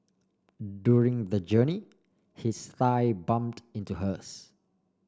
during the journey his thigh bumped into hers